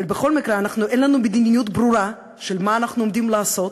אבל בכל מקרה אין לנו מדיניות ברורה של מה אנחנו עומדים לעשות